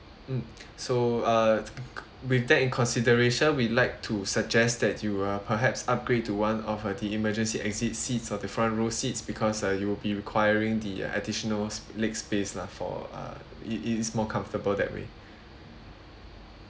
mm so uh with that in consideration we like to suggest that you uh perhaps upgrade to one of uh the emergency exit seats or the front row seats because uh you'll be requiring the additional leg space lah for uh it is more comfortable that way